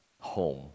home